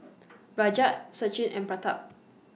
Rajat Sachin and Pratap